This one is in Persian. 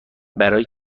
برای